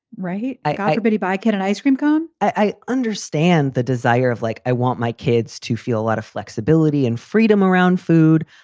right. i abitibi get an ice cream cone. i understand the desire of like i want my kids to feel a lot of flexibility and freedom around food.